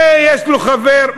זה יש לו חבר,